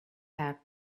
have